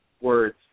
words